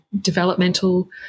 developmental